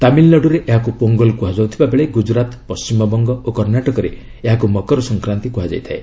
ତାମିଲନାଡ଼ୁରେ ଏହାକୁ ପୋଙ୍ଗଲ କୁହାଯାଉଥିବା ବେଳେ ଗୁଜରାତ ପଶ୍ଚିମବଙ୍ଗ ଓ କର୍ଣ୍ଣାଟକରେ ଏହାକୁ ମକର ସଂକ୍ରାନ୍ତୀ କୁହାଯାଇଥାଏ